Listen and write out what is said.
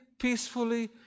peacefully